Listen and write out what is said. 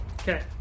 Okay